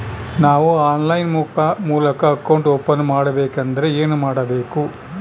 ನಾವು ಆನ್ಲೈನ್ ಮೂಲಕ account open ಮಾಡಬೇಂಕದ್ರ ಏನು ಕೊಡಬೇಕು?